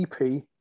EP